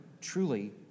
truly